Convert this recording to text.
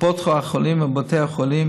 קופות החולים ובתי החולים,